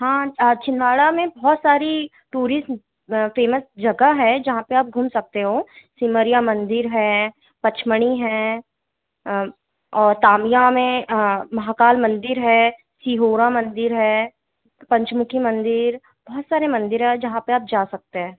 हाँ छिंदवाड़ा में बहुत सारी टूरिज़्म फ़ेमस जगह है जहाँ पर आप घूम सकते हैं सिमरिया मंदिर है पचमढ़ी हैं और तामिया में महाकाल मंदिर है सिहोरा मंदिर है पंचमुखी मंदिर बहुत सारे मंदिर हैं और जहाँ पर आप जा सकते हैं